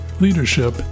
leadership